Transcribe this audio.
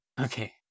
Okay